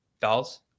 Dolls